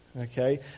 okay